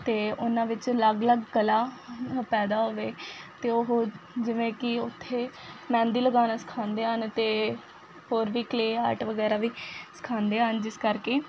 ਅਤੇ ਉਹਨਾਂ ਵਿੱਚ ਅਲੱਗ ਅਲੱਗ ਕਲਾ ਪੈਦਾ ਹੋਵੇ ਅਤੇ ਉਹ ਜਿਵੇਂ ਕਿ ਉੱਥੇ ਮਹਿੰਦੀ ਲਗਾਉਣਾ ਸਿਖਾਉਂਦੇ ਹਨ ਅਤੇ ਹੋਰ ਵੀ ਕਲੇ ਆਰਟ ਵਗੈਰਾ ਵੀ ਸਿਖਾਉਂਦੇ ਹਨ ਜਿਸ ਕਰਕੇ